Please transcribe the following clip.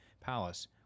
palace